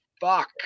fuck